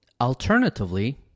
alternatively